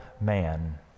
man